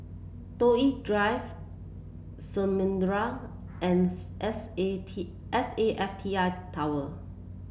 Toh Yi Drive Samudera and S A T S A F T I Tower